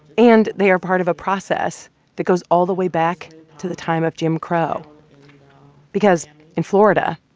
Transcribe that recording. and they are part of a process that goes all the way back to the time of jim crow because in florida,